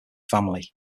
family